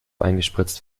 eingespritzt